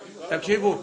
תודיע את זה